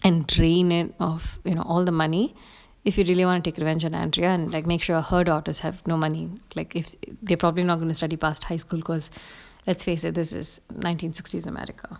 and drain it off when all the money if you really want to take revenge on andrea and like make sure her daughters have no money like if they're probably not going to study past high school because let's face it this is nineteen sixties america